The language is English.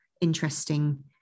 interesting